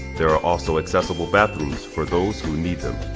there are also accessible bathrooms for those who need them.